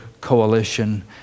coalition